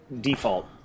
default